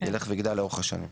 לאורך השנים.